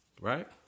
Right